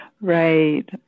Right